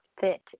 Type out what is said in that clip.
fit